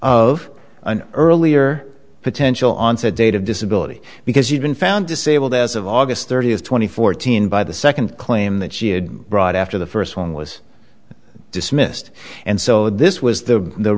of an earlier potential onset date of disability because you've been found disabled as of august thirtieth two thousand and fourteen by the second claim that she had brought after the first one was dismissed and so this was the the